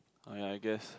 uh ya I guess